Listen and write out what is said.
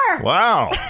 wow